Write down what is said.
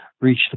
reach